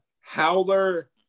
Howler